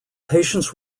patients